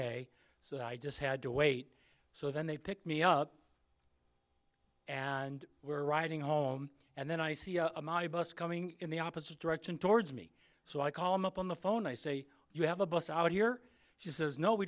in so i just had to wait so then they pick me up and we're riding home and then i see my bus coming in the opposite direction towards me so i call him up on the phone i say you have a bus out here she says no we